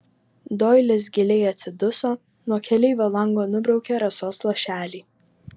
doilis giliai atsiduso nuo keleivio lango nubraukė rasos lašelį